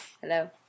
Hello